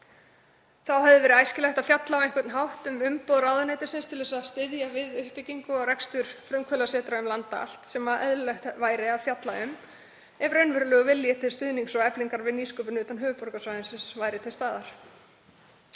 Þá hefði verið æskilegt að fjalla á einhvern hátt um umboð ráðuneytisins til að styðja við uppbyggingu og rekstur frumkvöðlasetra um land allt sem eðlilegt væri að fjalla um ef raunverulegur vilji til stuðnings og eflingar við nýsköpun utan höfuðborgarsvæðisins væri til staðar.